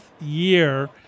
year